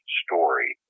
story